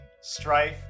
Strife